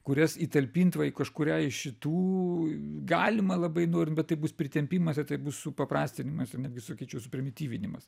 kurias įtalpint va į kažkurią iš šitų galima labai norint bet tai bus pritempimas ir tai supaprastinamas ir netgi sakyčiau suprimityvinimas